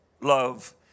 love